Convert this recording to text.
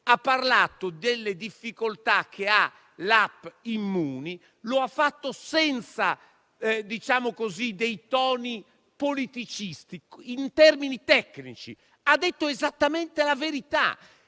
ha parlato delle difficoltà dell'*app* Immuni e lo ha fatto senza toni politicisti, in termini tecnici, dicendo esattamente la verità.